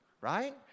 right